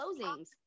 closings